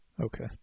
okay